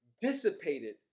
dissipated